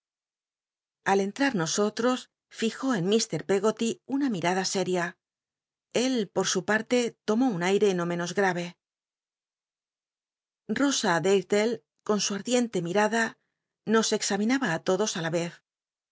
al enhar nosotros fijó en mr peggoly una mimda séria él po su parte tomó un aire no menos ave llosa uarlle con su ardiente mirada nos examinaba ú lodos á la vez